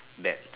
bad